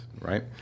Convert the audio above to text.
right